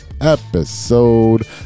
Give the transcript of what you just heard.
episode